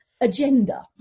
...agenda